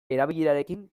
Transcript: erabilerarekin